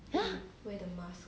ya